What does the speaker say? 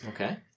Okay